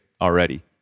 already